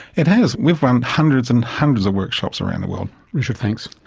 it has, we've run hundreds and hundreds of workshops around the world. richard, thanks.